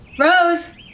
Rose